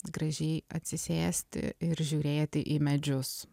gražiai atsisėsti ir žiūrėti į medžius